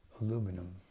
aluminum